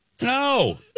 No